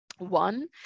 one